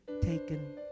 taken